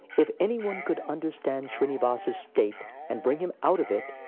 if anyone could understand shrinivas's state and bring him out of it,